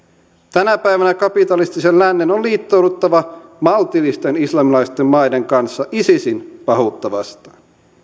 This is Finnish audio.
tänä päivänä kapitalistisen lännen on liittouduttava maltillisten islamilaisten maiden kanssa isisin pahuutta vastaan